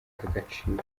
agaciro